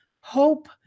hope